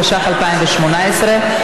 התשע"ח 2018,